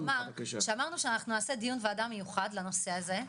שאמרנו שאנחנו נעשה דיון וועדה מיוחד לנושא הזה,